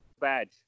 badge